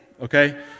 okay